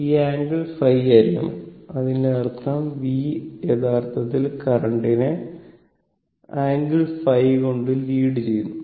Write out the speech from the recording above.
ഈ ആംഗിൾ ϕ ആയിരിക്കണം അതിന്റെ അർത്ഥം v യഥാർത്ഥത്തിൽ കറന്റിനെ Iangle ϕ കൊണ്ട് ലീഡ് ചെയ്യുന്നു